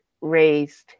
raised